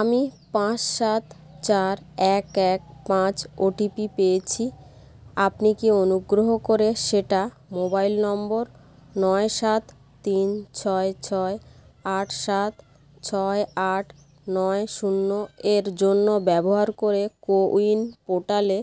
আমি পাঁচ সাত চার এক এক পাঁচ ওটিপি পেয়েছি আপনি কি অনুগ্রহ করে সেটা মোবাইল নম্বর নয় সাত তিন ছয় ছয় আট সাত ছয় আট নয় শূন্য এর জন্য ব্যবহার করে কো উইন পোর্টালে